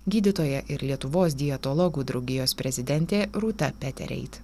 gydytoja ir lietuvos dietologų draugijos prezidentė rūta petereit